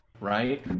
right